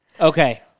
Okay